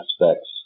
aspects